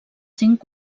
cinc